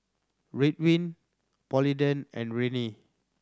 Ridwind Polident and Rene